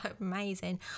amazing